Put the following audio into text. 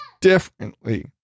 differently